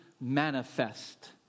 manifest